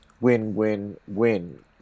win-win-win